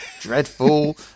dreadful